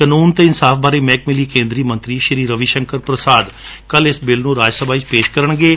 ਕਾਨੂੰਨ ਅਤੇ ਇਨਸਾਫ ਬਾਰੇ ਮਹਿਕਮੇ ਲਈ ਕੇਦਰੀ ਮੰਤਰੀ ਸ੍ਰੀ ਰਵੀ ਸ਼ੰਕਰ ਪ੍ਰਸਾਦ ਕੱਲੂ ਇਸ ਬਿੱਲ ਨੂੰ ਰਾਜ ਸਭਾ ਵਿਚ ਪੇਸ਼ ਕਰਨਗੇ